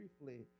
briefly